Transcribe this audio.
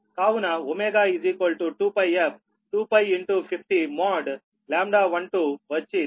కావున ω2πf 2π50 mode λ12 వచ్చి 4